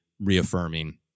reaffirming